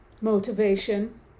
motivation